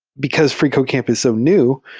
because freecodecamp is so new,